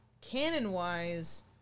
canon-wise